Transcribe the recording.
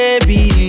baby